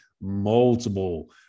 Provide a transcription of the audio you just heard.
multiple